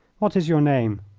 what is your name?